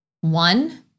One